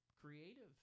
creative